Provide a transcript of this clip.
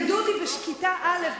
לימדו אותי בכיתה א',